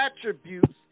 attributes